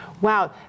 Wow